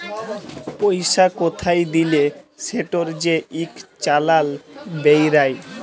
পইসা কোথায় দিলে সেটর যে ইক চালাল বেইরায়